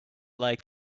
lake